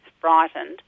frightened